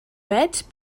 veig